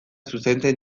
zuzentzen